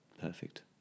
Perfect